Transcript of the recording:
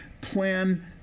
plan